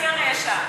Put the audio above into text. ויוסי יונה נשאר.